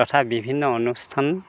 তথা বিভিন্ন অনুষ্ঠান